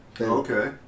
Okay